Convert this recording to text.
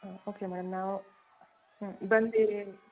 ಹಾಂ okay madam ನಾವು ಬಂದಿರ್ ಹೇಳಿ